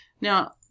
Now